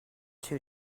two